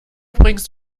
bringst